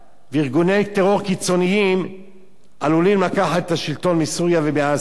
וארגוני טרור קיצוניים עלולים לקחת את השלטון מסוריה ומאסד.